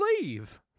leave